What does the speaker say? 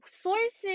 sources